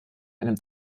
einem